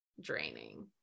draining